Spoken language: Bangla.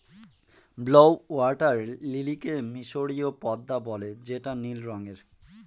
ব্লউ ওয়াটার লিলিকে মিসরীয় পদ্মাও বলে যেটা নীল রঙের